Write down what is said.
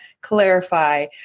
clarify